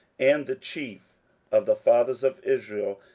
and the chief of the fathers of israel,